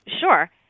Sure